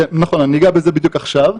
אני אגע בזה בדיוק עכשיו,